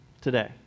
today